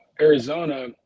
Arizona